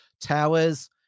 towers